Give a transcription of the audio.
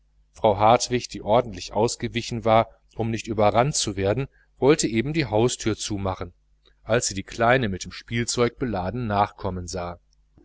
frau hartwig die ordentlich ausgewichen war um nicht überrannt zu werden wollte eben die haustüre zumachen als sie die kleine mit dem spielzeug beladen nachkommen sah